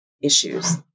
issues